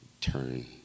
turn